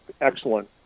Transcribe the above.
excellent